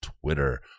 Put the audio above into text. Twitter